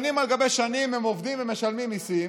שנים על גבי שנים הם עובדים ומשלמים מיסים